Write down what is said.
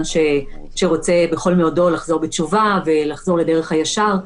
שרוצה בכל מאודו לחזור בתשובה ולחזור לדרך הישר.